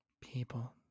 People